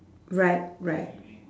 right right